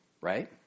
Right